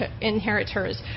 inheritors